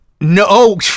No